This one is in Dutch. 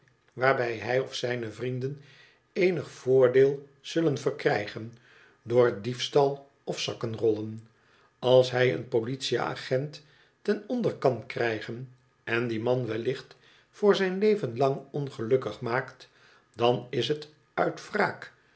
waarbij hij of zijne vrienden eenig voordeel zullen verkrijgen door diefstal of zakkenrollen als hij een politie agent ten onder kan krijgen en dien man wellicht voor zijn leven lang ongelukkig maakt dan is het uit